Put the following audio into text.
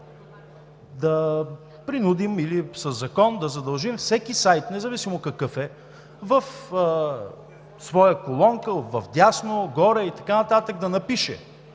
да принудим или със закон да задължим всеки сайт, независимо какъв е, в своя колонка – вдясно, горе и така нататък, да напише: